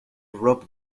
rope